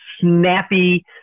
snappy